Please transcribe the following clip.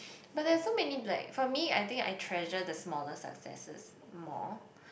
but there's so many black for me I think I treasure the smaller successes more